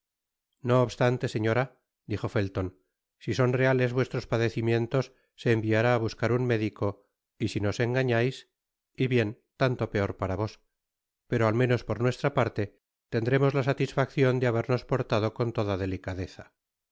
no obstante señora dijo felton si son reales vuestros padecimientos se enviará á buscar un médico y si noa engañais y bien i tanto peor para vos pero al menos por nuestra parte tendremos la satisfaccion de habernos portado con toda delicadeza